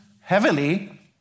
heavily